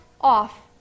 off